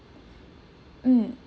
mm